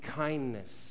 kindness